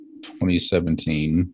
2017